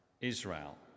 Israel